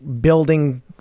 Building